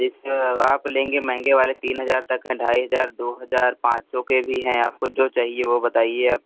जिसको आप लेंगे महेंगे वाले तीन हजार तक हैं ढाई हजार दो हजार पाँच सौ के भी हैं आपको जो चाहिए वो बताइए आप